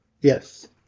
Yes